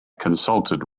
consulted